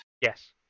Yes